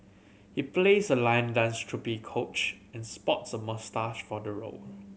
he plays a lion dance troupe coach and sports a moustache for the role